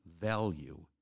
value